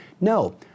No